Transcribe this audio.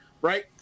right